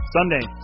Sunday